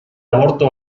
aborto